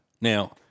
Now